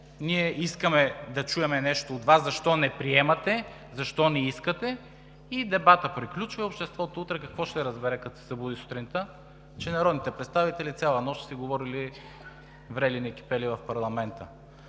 Ние искаме да чуем нещо от Вас защо не приемате, защо не искате, и дебатът приключва. Утре обществото какво ще разбере, като се събуди сутринта? Че народните представители цяла нощ са си говорили врели-некипели в парламента.